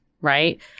right